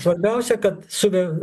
svarbiausia kad suge